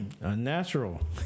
unnatural